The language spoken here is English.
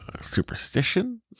superstition